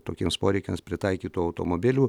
tokiems poreikiams pritaikytų automobilių